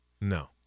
no